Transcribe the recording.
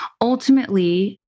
ultimately